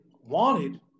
wanted